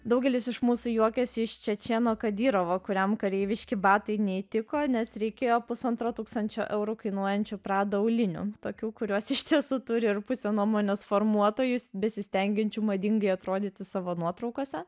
daugelis iš mūsų juokiasi iš čečėno kadyrovo kuriam kareiviški batai neįtiko nes reikėjo pusantro tūkstančio eurų kainuojančių prada aulinių tokių kurios iš tiesų turi ir pusė nuomonės formuotojus besistengiančių madingai atrodyti savo nuotraukose